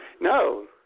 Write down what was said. No